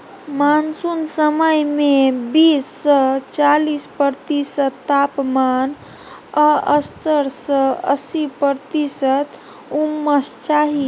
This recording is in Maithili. मानसुन समय मे बीस सँ चालीस प्रतिशत तापमान आ सत्तर सँ अस्सी प्रतिशत उम्मस चाही